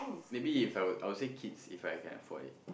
maybe If I were I would say kids If I can afford it